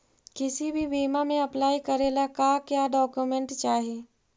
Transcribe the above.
किसी भी बीमा में अप्लाई करे ला का क्या डॉक्यूमेंट चाही?